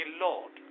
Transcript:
Lord